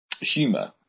humor